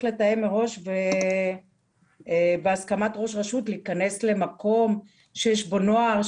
לתאם מראש ובהסכמת ראש רשות להיכנס למקום שיש בו נוער?